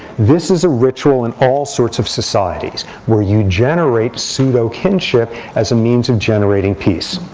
this is a ritual in all sorts of societies where you generate pseudo kinship as a means of generating peace.